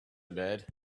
bad